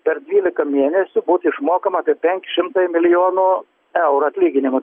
per dvylika mėnesių būtų išmokama apie penki šimtai milijonų eurų atlyginimų